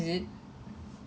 ya